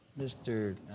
Mr